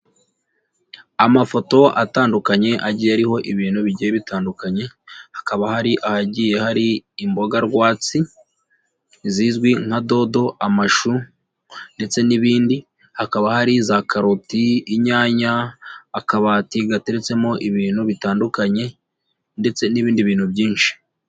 Amafoto atandukanye agiye ariho ibintu bigiye bitandukanye, hakaba hari ahagiye hari imboga rwatsi zizwi nka dodo, amashu ndetse n'ibindi, hakaba hari za karoti, inyanya, akabati gateretsemo ibintu bitandukanye ndetse n'ibindi bintu byinshi.